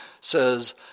says